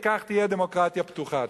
וכך תהיה דמוקרטיה פתוחה.